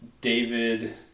David